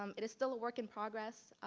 um it is still a work in progress.